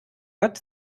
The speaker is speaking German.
hat